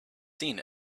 seen